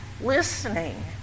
listening